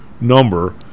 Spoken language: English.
number